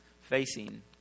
facing